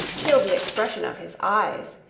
till the expression of his eyes,